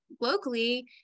locally